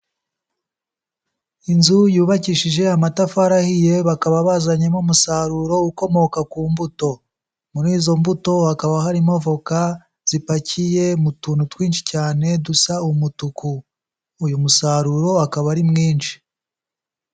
Inzu yubakishije amatafari ahiye bakaba bazanyemo umusaruro ukomoka ku mbuto. Muri izo mbuto hakaba harimo voka zipakiye mu tuntu twinshi cyane dusa umutuku, uyu musaruro akaba ari mwinshi.